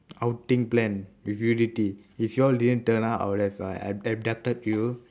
outing plan with if you all didn't turn up I will have uh abducted you